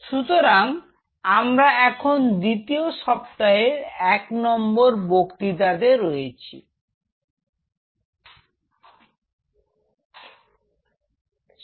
সুতরাং আমরা এখন দ্বিতীয় সপ্তাহের ১ নম্বর বক্তৃতা তে রয়েছি